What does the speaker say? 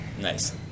Nice